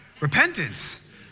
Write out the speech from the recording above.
repentance